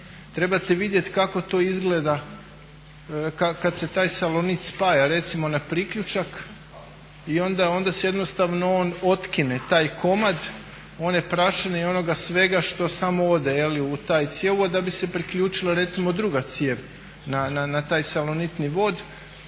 Trebate vidjeti kako to izgleda kad se taj salonit spaja recimo na priključak. Onda se jednostavno on otkine, taj komad one prašine i onoga svega što samo ode u taj cjevovod da bi se priključila recimo druga cijev na taj salonitni vod.